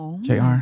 jr